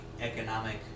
economic